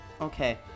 Okay